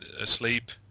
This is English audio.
asleep